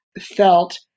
felt